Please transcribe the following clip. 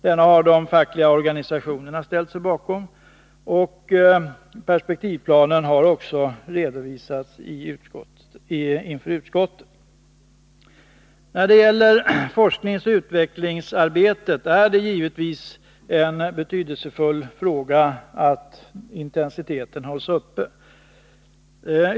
Denna har de fackliga organisationerna ställt sig bakom, och perspektivplanen har också redovisats inför utskottet. När det gäller forskningsoch utvecklingsarbetet är det givetvis en betydelsefull fråga att intensiteten hålls uppe.